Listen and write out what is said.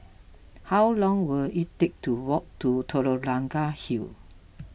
how long will it take to walk to Telok Blangah Hill